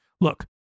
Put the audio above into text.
Look